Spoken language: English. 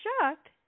shocked